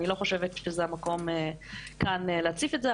אני לא חושבת שכאן המקום להציף את זה.